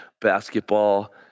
basketball